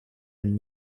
and